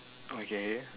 okay